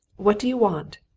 what do you want?